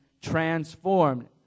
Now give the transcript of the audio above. transformed